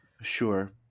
Sure